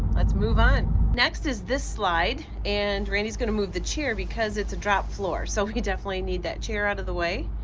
let's move on. next is this slide. and randy's gonna move the chair because it's a drop floor, so we definitely need that chair out of the way.